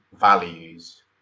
values